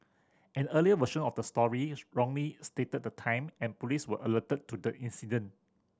an earlier version of the story wrongly stated the time and police were alerted to the incident